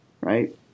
right